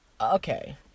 Okay